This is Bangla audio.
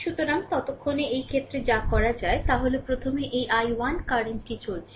সুতরাং ততক্ষণে এই ক্ষেত্রে যা করা যায় তা হল প্রথমে এই I1 কারেন্টটি চলছে